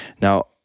Now